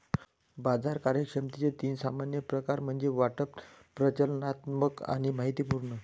बाजार कार्यक्षमतेचे तीन सामान्य प्रकार म्हणजे वाटप, प्रचालनात्मक आणि माहितीपूर्ण